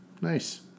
Nice